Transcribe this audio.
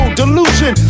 delusion